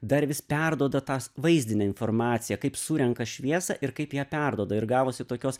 dar vis perduoda tą vaizdinę informaciją kaip surenka šviesą ir kaip ją perduoda ir gavosi tokios